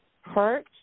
hurt